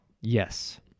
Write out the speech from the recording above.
Yes